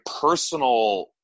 personal